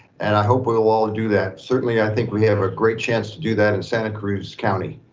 and i hope we will all do that. certainly, i think we have a great chance to do that in santa cruz county.